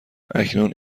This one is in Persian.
اکنون